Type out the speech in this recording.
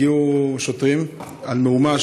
הגיעו שוטרים על מהומה,